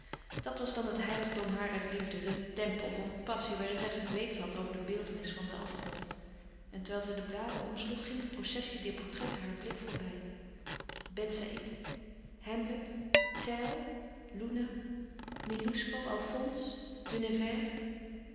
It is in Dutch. dat was dan het heiligdom harer liefde de tempel van passie waarin zij gedweept had over de beeltenis van den afgod en terwijl zij de bladen omsloeg ging de processie dier portretten haar blik voorbij ben saïd hamlet teil luna nélusco alphonse